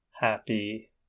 happy